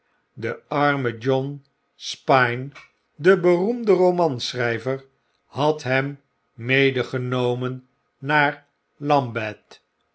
de arme john spine de beroemde romanschrgver had hem meegenomen naar lambeth